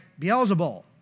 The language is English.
Beelzebul